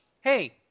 hey